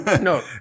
No